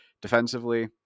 defensively